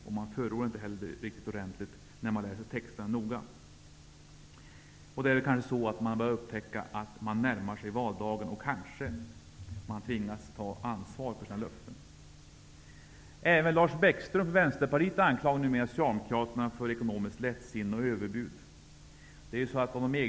Det framgår inte heller när man läser texterna noga. Det är kanske så att de upptäckt att de närmar sig valdagen och att de kanske tvingas ta ansvar för sina löften. Även Lars Bäckström, Vänsterpartiet, anklagar numera socialdemokraterna för ekonomiskt lättsinne och överbud.